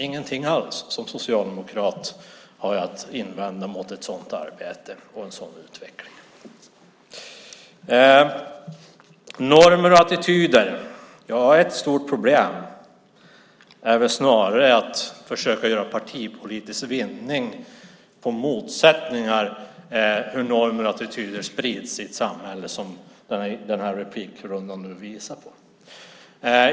Jag som socialdemokrat har ingenting alls att invända mot ett sådant arbete och en sådan utveckling. Sedan gällde det normer och attityder. Ett stort problem är väl snarare att man försöker göra partipolitisk vinning på motsättningar när det gäller hur normer och attityder sprids i ett samhälle, så som den här replikrundan nu visar på.